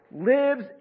lives